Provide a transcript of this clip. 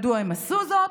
מדוע הם עשו זאת?